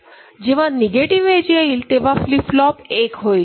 जेव्हा negative edge येईल तेव्हा फ्लिप फ्लॉप 1 होईल